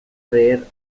rare